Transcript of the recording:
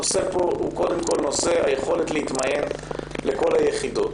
הנושא פה הוא קודם כול היכולת להתמיין לכל היחידות.